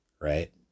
right